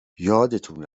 یادتون